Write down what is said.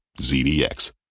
ZDX